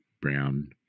brown